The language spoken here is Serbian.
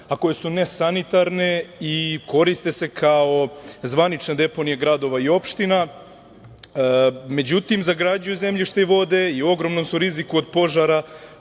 a koje su nesanitarne i koriste se kao zvanične deponije gradova i opština. Međutim, zagađuju zemljište i vode i u ogromnom su riziku od požara,